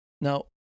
Now